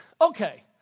okay